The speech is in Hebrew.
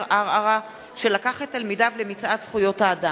בערערה שלקח את תלמידיו למצעד זכויות האדם,